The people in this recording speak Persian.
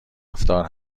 رفتار